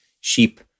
sheep